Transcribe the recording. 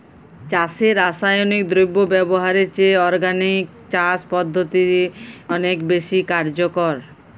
চাষে রাসায়নিক দ্রব্য ব্যবহারের চেয়ে অর্গানিক চাষ পদ্ধতি অনেক বেশি কার্যকর